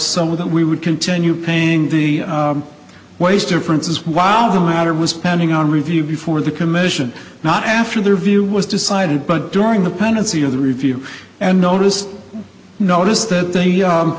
somewhere that we would continue paying the waste differences while the matter was pending on review before the commission not after their view was decided but during the pendency of the review and noticed notice that they